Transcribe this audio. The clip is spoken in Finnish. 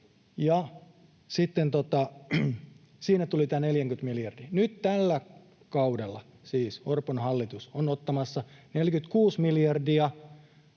Siinä tuli tämä 40 miljardia. Nyt tällä kaudella hallitus, siis Orpon hallitus, on ottamassa 46 miljardia.